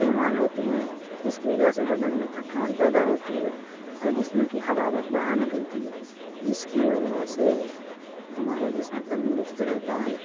استعمال ہوتے ہیں جس کی وجہ سے بدن میں تھکان پیدا ہوتی ہے اور جسم کی حرارت باہر نکلتی ہے جس کی وجہ سے ہمارا جسم تندرست رہتا ہے